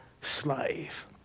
slave